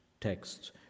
texts